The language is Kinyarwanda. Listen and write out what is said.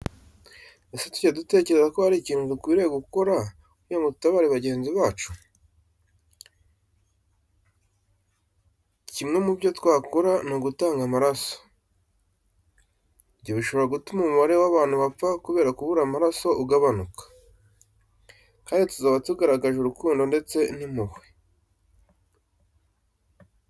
Ese tujya dutekereza ko hari ikintu dukwiriye gukora kugira ngo dutabare bagenzi bacu? Kimwe mu byo twakora ni ugutanga amaraso. Ibyo bishobora gutuma umubare w'abantu bapfa kubera kubura amaraso ugabanuka. Kandi tuzaba tugaragaje urukundo ndetse n'impuhwe